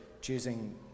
choosing